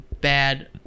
bad